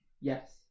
Yes